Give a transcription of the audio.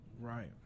Right